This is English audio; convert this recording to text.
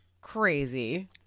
crazy